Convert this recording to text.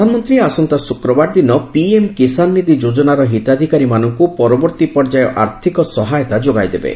ପ୍ରଧାନମନ୍ତ୍ରୀ ଆସନ୍ତା ଶୁକ୍ରବାର ଦିନ ପିଏମ୍ କିଶାନ୍ନିଧି ଯୋଚ୍ଚନାର ହିତାଧିକାରୀମାନଙ୍କୁ ପରବର୍ତ୍ତୀ ପର୍ଯ୍ୟାୟ ଆର୍ଥିକ ସହାୟତା ଯୋଗାଇଦେବେ